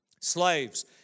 Slaves